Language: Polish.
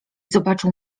zobaczył